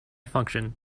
function